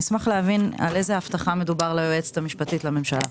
אשמח להבין על איזו אבטחה מדובר ליועצת המשפטית לממשלה.